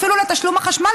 אפילו לתשלום החשמל,